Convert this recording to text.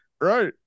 Right